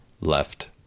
left